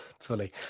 fully